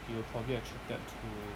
you were probably attracted to